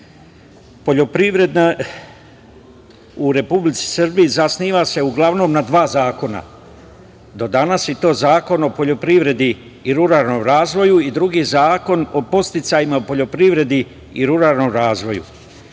države. Poljoprivreda u Republici Srbiji zasniva se uglavnom na dva zakona. Do danas je to Zakon o poljoprivredi i ruralnom razvoju i drugi Zakon o podsticajima u poljoprivredi i ruralnom razvoju.